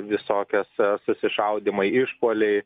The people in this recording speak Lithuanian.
visokios susišaudymai išpuoliai